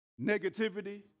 negativity